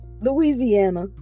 Louisiana